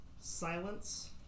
Silence